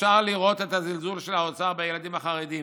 אפשר לראות את הזלזול של האוצר בילדים החרדים.